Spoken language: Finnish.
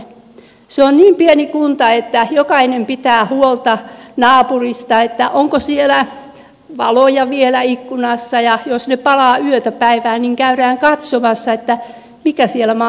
se on niin pieni kunta että jokainen pitää huolta naapurista että onko siellä valoja vielä ikkunassa ja jos ne palavat yötä päivää niin käydään katsomassa että mikä siellä mahtaa ollakaan